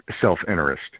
self-interest